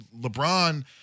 LeBron